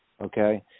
okay